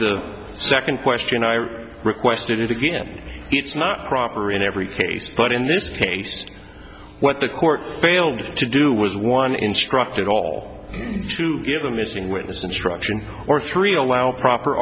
the second question i or requested it again it's not proper in every case but in this case what the court failed to do was one instructed all to give them is doing witness instruction or three allow proper